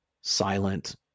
silent